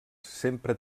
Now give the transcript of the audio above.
sempre